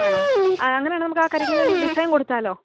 ആണോ അങ്ങനാണേ നമുക്കാ കരിങ്കല്ലിൻറ്റെ ഡിസൈൻ കൊടുത്താലോ